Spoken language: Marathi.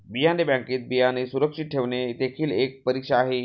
बियाणे बँकेत बियाणे सुरक्षित ठेवणे देखील एक परीक्षा आहे